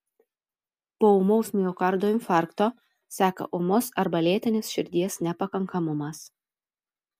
po ūmaus miokardo infarkto seka ūmus arba lėtinis širdies nepakankamumas